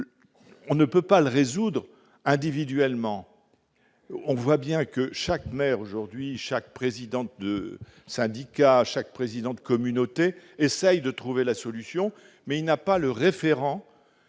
on ne peut pas le résoudre, individuellement, on voit bien que chaque maire aujourd'hui chaque président de syndicat chaque président de communauté essaye de trouver la solution, mais il n'a pas le référent